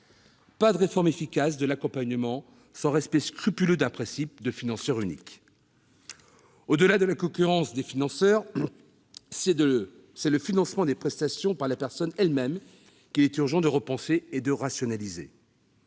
pas de réforme efficace de l'accompagnement sans respect scrupuleux d'un principe de financeur unique ! Au-delà de la concurrence des financeurs, c'est le financement des prestations par la personne elle-même qu'il est urgent de repenser et de rationaliser.